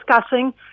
discussing